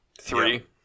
Three